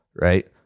right